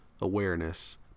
awareness